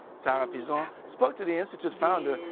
sarah pizon spoke to the institute founder,